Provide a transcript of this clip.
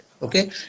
okay